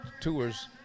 tours